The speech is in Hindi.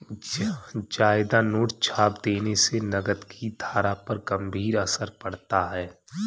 ज्यादा नोट छाप देने से नकद की धारा पर गंभीर असर पड़ता है